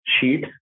sheet